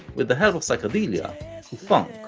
with the help of psychedelia, to funk,